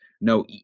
no